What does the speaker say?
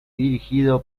dirigido